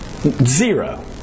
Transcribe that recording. Zero